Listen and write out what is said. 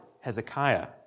Hezekiah